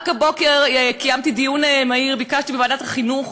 רק הבוקר קיימתי דיון מהיר שביקשתי בוועדת החינוך,